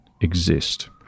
exist